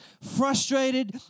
frustrated